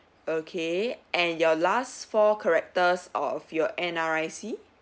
okay and your last four characters of your N_R_I_C